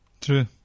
True